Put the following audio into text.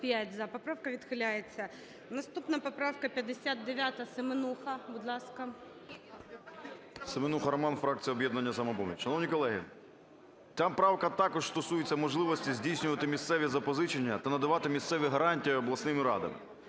Поправка відхиляється. Наступна поправка - 59, Семенуха, будь ласка. 12:52:21 СЕМЕНУХА Р.С. Семенуха Роман, фракція "Об'єднання "Самопоміч". Шановні колеги, ця правка також стосується можливості здійснювати місцеві запозичення та надавати місцеві гарантії обласними радами.